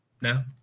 No